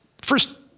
first